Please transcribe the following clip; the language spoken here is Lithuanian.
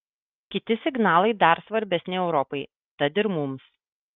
kiti signalai dar svarbesni europai tad ir mums